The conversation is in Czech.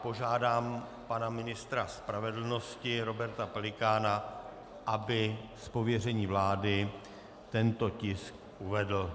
Požádám pana ministra spravedlnosti Roberta Pelikána, aby z pověření vlády tento tisk uvedl.